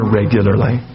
regularly